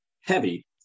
heavy